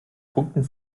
punkten